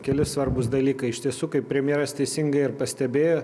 keli svarbūs dalykai iš tiesų kaip premjeras teisingai ir pastebėjo